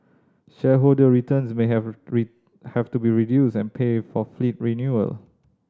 shareholder returns may have have to be reduced and pay for fleet renewal